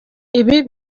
ibi